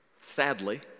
Sadly